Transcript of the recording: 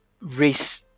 race